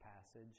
passage